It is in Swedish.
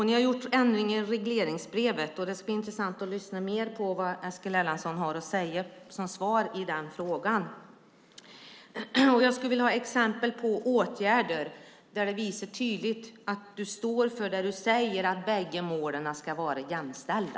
Ni har gjort ändringar i regleringsbrevet. Det ska bli intressant att lyssna mer på vad Eskil Erlandsson har att säga som svar i den frågan. Jag skulle vilja ha exempel på åtgärder som visar tydligt att du står för det du säger om att bägge målen ska vara jämställda.